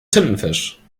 tintenfisch